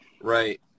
right